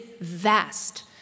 vast